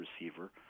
receiver